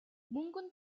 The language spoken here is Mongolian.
мөнгөнд